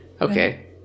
Okay